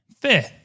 fair